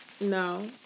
No